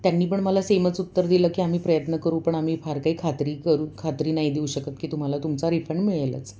त्यांनी पण मला सेमच उत्तर दिलं की आम्ही प्रयत्न करू पण आम्ही फार काही खात्री करू खात्री नाही देऊ शकत की तुम्हाला तुमचा रिफंड मिळेलच